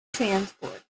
transport